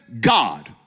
God